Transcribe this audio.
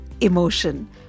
emotion